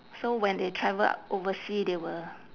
so when they travel oversea they will